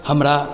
हमरा